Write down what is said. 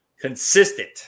consistent